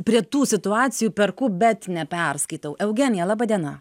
prie tų situacijų perku bet neperskaitau eugenija laba diena